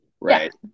right